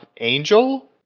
angel